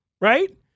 right